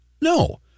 no